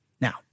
Now